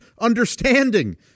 understanding